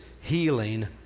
healing